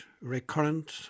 recurrent